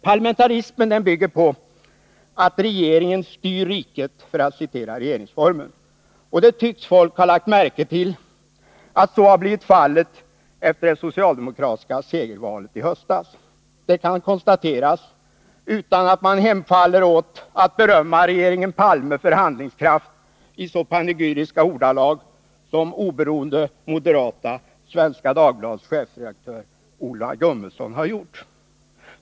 Parlamentarismen bygger, för att citera regeringsformen, på att ”regeringen styr riket”, och folk tycks ha lagt märke till att så har blivit fallet efter det socialdemokratiska segervalet i höstas. Det kan konstateras utan att man hemfaller åt att berömma regeringen Palme för handlingskraft i så panegyriska ordalag som oberoende moderata Svenska Dagbladets chefredaktör Ola Gummeson har gjort.